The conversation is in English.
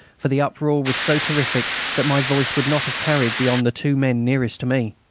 for the uproar was so terrific that my voice would not have carried beyond the two men nearest to me.